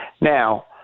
Now